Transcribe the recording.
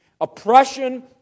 oppression